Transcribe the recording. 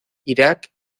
irak